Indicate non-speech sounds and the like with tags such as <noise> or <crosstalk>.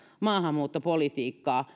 maahanmuuttopolitiikkaa <unintelligible>